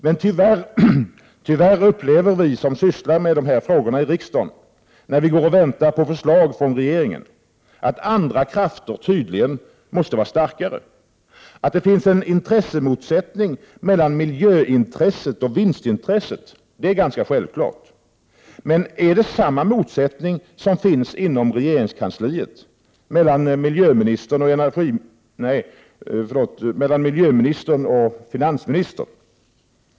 Men tyvärr upplever vi som sysslar med dessa frågor i riksdagen, när vi går och väntar på förslag från regeringen, att andra krafter tydligen måste vara starkare. Att det finns en intressemotsättning mellan miljöintresset och vinstintresset är ganska självklart. Men är det samma motsättning som finns inom regeringskansliet mellan miljöministern och exempelvis finansministern?